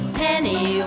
penny